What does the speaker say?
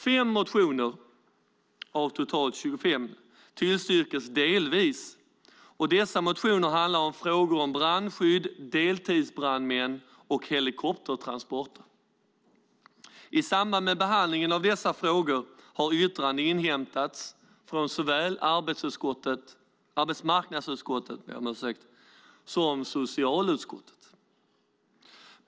Fem motioner, av totalt 25, tillstyrks delvis. Dessa motioner handlar om frågor om brandskydd, deltidsbrandmän och helikoptertransporter. I samband med behandlingen av dessa frågor har yttranden inhämtats från såväl arbetsmarknadsutskottet som socialutskottet.